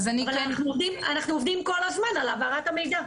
אבל אנחנו עובדים כל הזמן על העברת המידע.